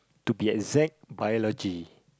to be exact Biology